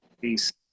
Peace